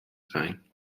sein